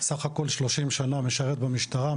בסך הכול שלושים שנה משרת במשטרה,